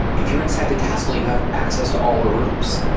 if you're inside the castle, you have access to all the rooms.